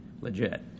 legit